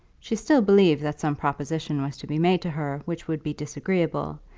she still believed that some proposition was to be made to her which would be disagreeable,